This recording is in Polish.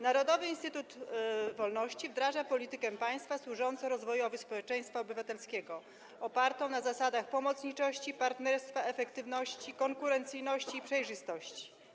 Narodowy Instytut Wolności wdraża politykę państwa służącą rozwojowi społeczeństwa obywatelskiego, opartą na zasadach pomocniczości, partnerstwa, efektywności, konkurencyjności i przejrzystości.